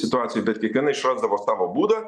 situacijoj bet kiekviena išrasdavo savo būdą